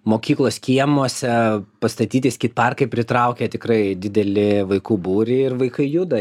mokyklos kiemuose pastatyti skeit parkai pritraukia tikrai didelį vaikų būrį ir vaikai juda